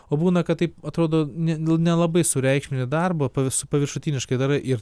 o būna kad taip atrodo ne ne nelabai sureikšmini darbą po vis paviršutiniškai darai ir